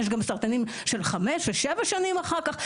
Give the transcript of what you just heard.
יש גם סרטנים של חמש ושבע שנים אחר כך,